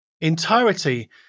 entirety